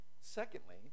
Secondly